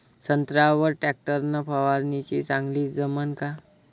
संत्र्यावर वर टॅक्टर न फवारनी चांगली जमन का?